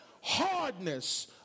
Hardness